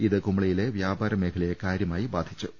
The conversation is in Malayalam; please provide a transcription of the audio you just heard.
ഇത് കുമളിയിലെ വ്യാപാര മേഖലയെ കാര്യമായി ബാധിച്ചിട്ടുണ്ട്